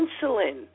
Insulin